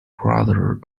brother